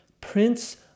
Prince